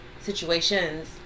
situations